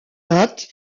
date